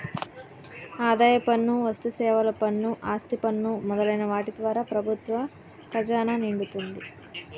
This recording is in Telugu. ఆదాయ పన్ను వస్తుసేవల పన్ను ఆస్తి పన్ను మొదలైన వాటి ద్వారా ప్రభుత్వ ఖజానా నిండుతుంది